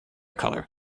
color